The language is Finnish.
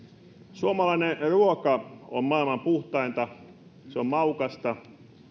suomalainen ruoka on maailman puhtainta se on maukasta